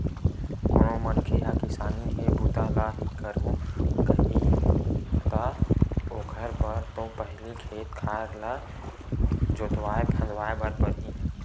कोनो मनखे ह किसानी के बूता ल ही करहूं कइही ता ओखर बर तो पहिली खेत खार ल जोतवाय फंदवाय बर परही